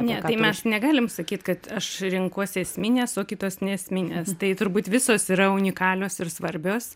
ne tai mes negalim sakyt kad aš renkuosi esmines o kitos neesmines tai turbūt visos yra unikalios ir svarbios